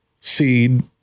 seed